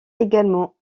également